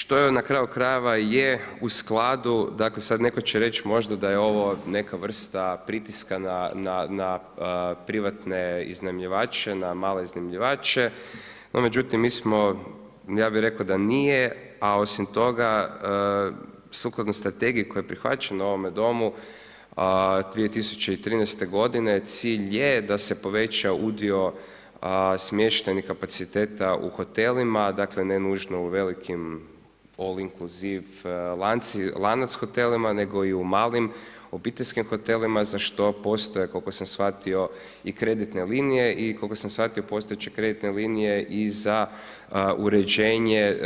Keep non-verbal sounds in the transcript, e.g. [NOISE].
Što i nakraju krajeva i je u skladu, dakle, netko će sada reći, da je ovo neka vrsta pritiska na privatne iznajmljivače, male iznajmljivače, no međutim, mi smo, ja bi rekao da nije, a osim toga, sukladno strategiji koja je prihvaćena u ovome Domu, 2013. g. cilj je da se poveća udio smještenih kapaciteta u hotelima, dakle, ne nužno u velikim … [UNINTELLIGIBLE] lanac hotelima, nego i u malim obiteljskim hotelima, za što postoje kreditne linije i koliko sam shvatio postojeće kreditne linije i za uređenje